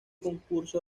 concurso